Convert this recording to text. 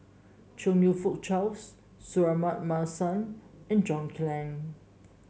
Chong You Fook Charles Suratman Markasan and John Clang